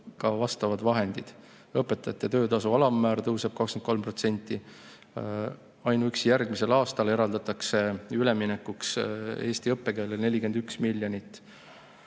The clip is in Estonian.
ka vahendid. Õpetajate töötasu alammäär tõuseb 23%. Ainuüksi järgmisel aastal eraldatakse üleminekuks eesti õppekeelele 41 miljonit